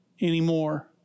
anymore